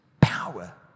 power